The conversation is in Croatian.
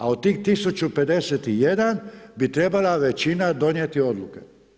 A od tih 1051 bi trebala većina donijeti odluke.